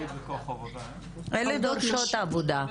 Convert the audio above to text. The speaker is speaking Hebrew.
אלה דורשות העבודה.